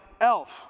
Elf